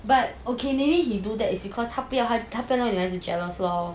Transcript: but okay maybe he do that is because 他不要那女孩子 jealous lor